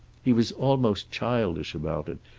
he was almost childish about it,